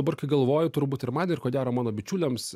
dabar kai galvoju turbūt ir man ir ko gero mano bičiuliams